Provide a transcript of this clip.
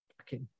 okay